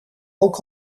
ook